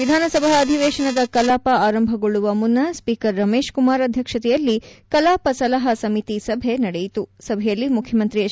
ವಿಧಾನಸಭಾ ಅಧಿವೇಶನದ ಕಲಾಪ ಆರಂಭಗೊಳ್ಳುವ ಮುನ್ನ ಸ್ವೀಕರ್ ರಮೇಶ್ ಕುಮಾರ್ ಅಧ್ಯಕ್ಷತೆಯಲ್ಲಿ ಕಲಾಪ ಸಲಹಾ ಸಮಿತಿ ಸಭೆ ನಡೆಯಿತು ಸಭೆಯಲ್ಲಿ ಮುಖ್ಯಮಂತ್ರಿ ಎಚ್